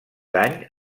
dany